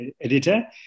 editor